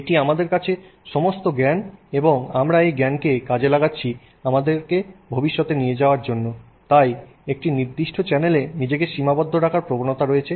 এটি আমাদের কাছে সমস্ত জ্ঞান এবং আমরা এই জ্ঞানকে কাজে লাগাচ্ছি আমাদেরকে ভবিষ্যতে নিয়ে যাওয়ার জন্য তাই একটি নির্দিষ্ট চ্যানেলে নিজেকে সীমাবদ্ধ রাখার প্রবণতা রয়েছে